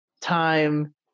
time